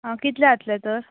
आ कितले जातलें तर